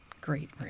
Great